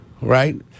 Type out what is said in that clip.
Right